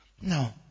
No